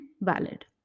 valid